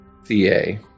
CA